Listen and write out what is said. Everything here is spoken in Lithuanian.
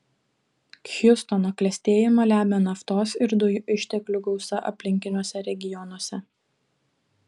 hjustono klestėjimą lemia naftos ir dujų išteklių gausa aplinkiniuose regionuose